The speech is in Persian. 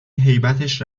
هیبتش